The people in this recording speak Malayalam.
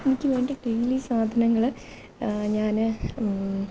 എനിക്കു വേണ്ട ഡെയിലി സാധനങ്ങൾ ഞാൻ